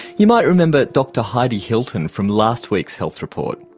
you might remember dr heidi hilton from last week's health report.